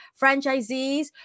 franchisees